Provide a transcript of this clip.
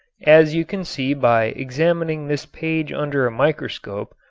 as you can see by examining this page under a microscope,